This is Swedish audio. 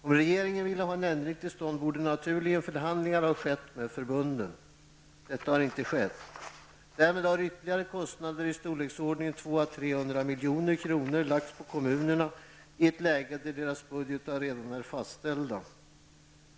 Om regeringen ville ha en ändring till stånd borde naturligen förhandlingar ha skett med förbunden. Detta har inte skett. Därmed har ytterligare kostnader i storleksordningen 200--300 milj.kr. lagts på kommunerna i ett läge då deras budgetar redan är fastställda.